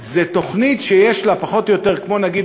זו תוכנית שיש לה פחות או יותר כמו נגיד